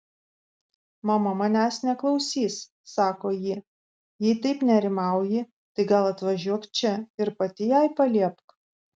mama manęs neklausys sako ji jei taip nerimauji tai gal atvažiuok čia ir pati jai paliepk